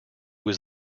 was